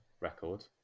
record